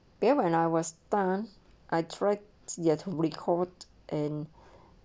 there when I was done arthritis there to record and